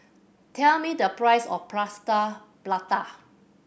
tell me the price of Plaster Prata